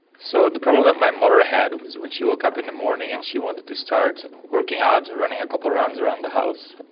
so the problem that my mother had was when she woke up in the morning and she wanted to start and working ah hard and running a couple of rounds around the house,